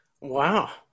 Wow